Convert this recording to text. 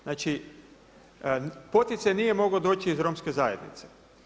Znači poticaj nije mogao doći iz romske zajednice.